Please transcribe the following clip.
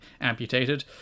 amputated